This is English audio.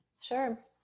Sure